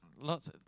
lots